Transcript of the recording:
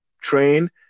train